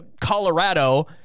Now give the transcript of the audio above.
colorado